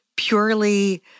Purely